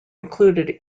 included